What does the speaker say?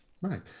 right